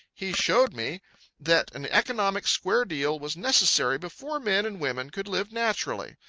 he showed me that an economic square deal was necessary before men and women could live naturally.